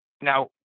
now